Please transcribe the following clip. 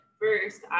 first